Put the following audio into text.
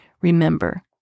remember